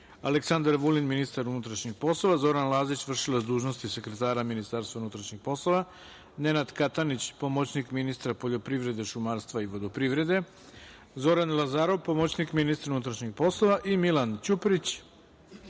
Aleksandar Vulin, ministar unutrašnjih poslova, Zoran Lazić, vršilac dužnosti sekretara MUP, Nenad Katanić, pomoćnik ministra poljoprivrede, šumarstva i vodoprivrede, Zoran Lazarov, pomoćnik ministra unutrašnjih poslova i Milan Ćuprić,